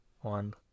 one